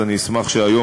אז אני אשמח שהיום,